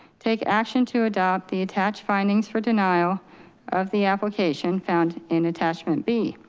take action to adopt the attached findings for denial of the application found in attachment b.